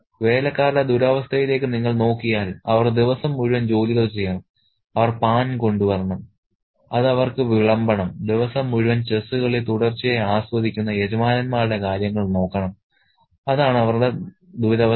വേലക്കാരുടെ ദുരവസ്ഥയിലേക്ക് നിങ്ങൾ നോക്കിയാൽ അവർ ദിവസം മുഴുവൻ ജോലികൾ ചെയ്യണം അവർ പാൻ കൊണ്ടുവരണം അത് അവർക്ക് വിളമ്പണം ദിവസം മുഴുവൻ ചെസ്സ് കളി തുടർച്ചയായി ആസ്വദിക്കുന്ന യജമാനന്മാരുടെ കാര്യങ്ങൾ നോക്കണം അതാണ് അവരുടെ ദുരവസ്ഥ